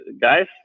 guys